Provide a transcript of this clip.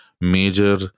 major